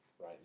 right